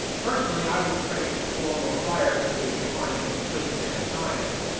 personally, i was praying for four more fires so we could finally complete the damn science.